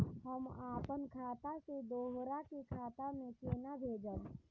हम आपन खाता से दोहरा के खाता में केना भेजब?